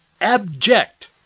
abject